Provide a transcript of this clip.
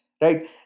right